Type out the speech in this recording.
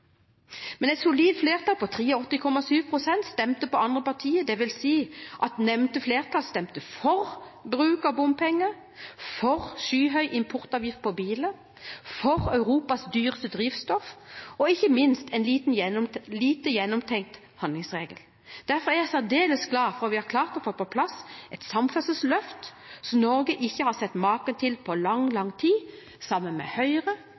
Men et solid flertall på 83,7 pst. stemte på andre partier, dvs. at nevnte flertall stemte for bruk av bompenger, for skyhøy importavgift på biler, for Europas dyreste drivstoff og ikke minst en lite gjennomtenkt handlingsregel. Derfor er jeg særdeles glad for at vi har klart å få på plass et samferdselsløft som Norge ikke har sett maken til på lang, lang tid – sammen med Høyre,